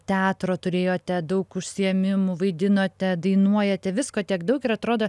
teatro turėjote daug užsiėmimų vaidinote dainuojate visko tiek daug ir atrodo